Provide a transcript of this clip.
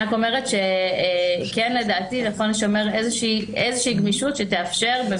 אני רק אומרת שכן לדעתי נכון לשמר איזושהי גמישות שתאפשר,